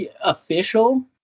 official